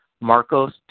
Marcos